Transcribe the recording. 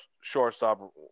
Shortstop